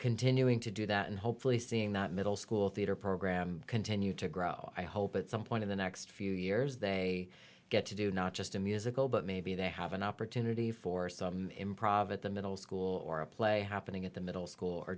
continuing to do that and hopefully seeing that middle school theater program continue to grow i hope at some point in the next few years they get to do not just a musical but maybe they have an opportunity for some improv at the middle school or a play happening at the middle school or